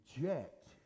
reject